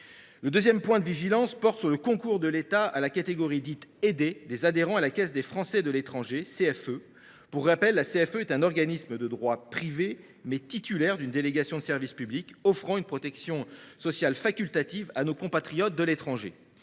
Le second point de vigilance porte sur le concours de l’État à la catégorie dite aidée des adhérents à la Caisse des Français de l’étranger (CFE). Pour rappel, cette caisse est un organisme de droit privé, mais titulaire d’une délégation de service public, offrant une protection sociale facultative à nos compatriotes de l’étranger.